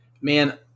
Man